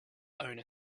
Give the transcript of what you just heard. owner